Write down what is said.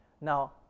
Now